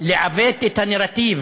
לעוות את הנרטיב